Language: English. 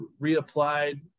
reapplied